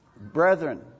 brethren